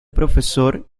profesor